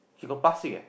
he got past sick eh